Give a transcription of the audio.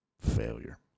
failure